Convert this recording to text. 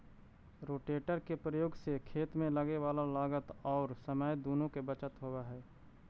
rotator के प्रयोग से खेत में लगे वाला लागत औउर समय दुनो के बचत होवऽ हई